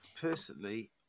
Personally